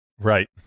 Right